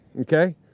Okay